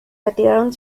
retiraron